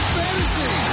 fantasy